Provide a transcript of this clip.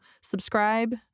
subscribe